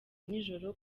nijoro